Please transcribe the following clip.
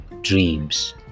dreams